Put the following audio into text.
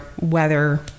weather